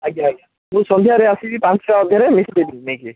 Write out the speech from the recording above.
ଆଜ୍ଞା ଆଜ୍ଞା ମୁଁ ସନ୍ଧ୍ୟାରେ ଆସିକି ପାଞ୍ଚଟା ଅଧରେ ଲିଷ୍ଟ ଦେବି ନେଇକି